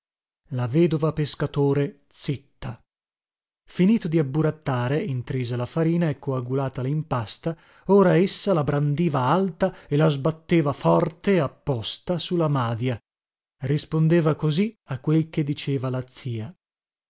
la vedova pescatore zitta finito di abburattare intrisa la farina e coagulatala in pasta ora essa la brandiva alta e la sbatteva forte apposta su la madia rispondeva così a quel che diceva la zia